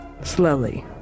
Slowly